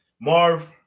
Marv